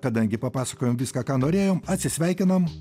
kadangi papasakojom viską ką norėjom atsisveikinam